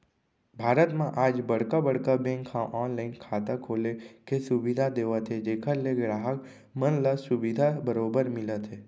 भारत म आज बड़का बड़का बेंक ह ऑनलाइन खाता खोले के सुबिधा देवत हे जेखर ले गराहक मन ल सुबिधा बरोबर मिलत हे